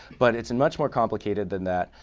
but it's and much more complicated than that.